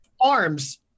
arms